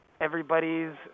Everybody's